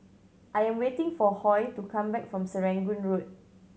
I am waiting for Hoy to come back from Serangoon Road